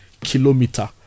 kilometer